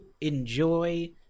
enjoy